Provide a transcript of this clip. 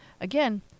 again